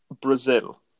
Brazil